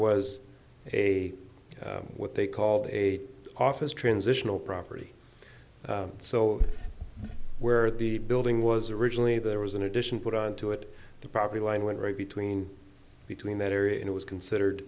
was a what they call a office transitional property so where the building was originally there was an addition put onto it the property line went right between between that area and it was considered